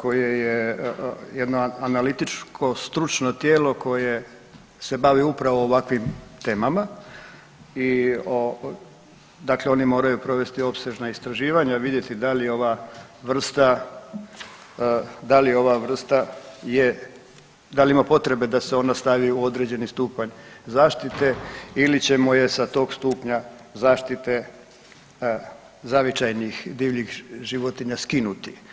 koje je jedna analitičko-stručno tijelo koje se bavi upravo ovakvim temama, dakle oni moraju provesti opsežna istraživanja, vidjeti da li je ova vrsta je, da li ima potrebe da se ona stavi u određeni stupanj zaštite ili ćemo je sa tog stupnja zaštite zavičajnih divljih životinja skinuti.